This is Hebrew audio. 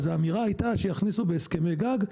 אז האמירה הייתה שיכניסו בהסכמי גג,